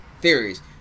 theories